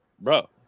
bro